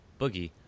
Boogie